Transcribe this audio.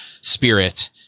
spirit